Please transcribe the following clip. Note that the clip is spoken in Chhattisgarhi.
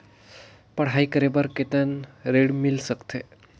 पढ़ाई करे बार कितन ऋण मिल सकथे?